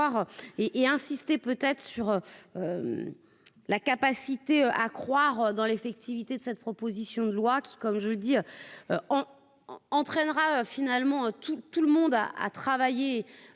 et insister peut-être sur la capacité à. Voir dans l'effectivité de cette proposition de loi qui, comme je le dis en entraînera finalement tout, tout le monde a à travailler